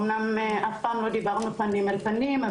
אומנם אף פעם לא דיברנו פנים אל פנים,